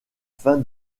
fin